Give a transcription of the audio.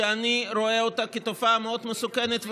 שאני רואה אותה כתופעה מאוד מסוכנת,